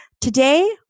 Today